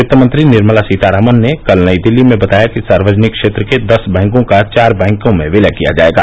वित्तमंत्री निर्मला सीतारामन ने कल नई दिल्ली में बताया कि सार्वजनिक क्षेत्र के दस बैंकों का चार बैंकों में विलय किया जाएगा